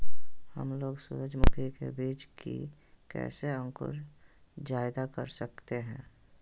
हमलोग सूरजमुखी के बिज की कैसे अंकुर जायदा कर सकते हैं?